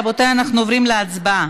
רבותי, אנחנו עוברים להצבעה,